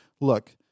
look